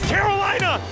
Carolina